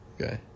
Okay